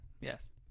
Yes